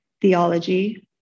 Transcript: theology